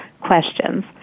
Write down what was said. questions